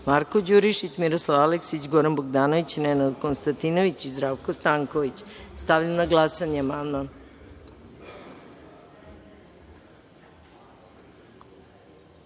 Marko Đurišić, Miroslav Aleksić, Goran Bogdanović, Nenad Konstantinović i Zdravko Stanković. Stavljam na glasanje ovaj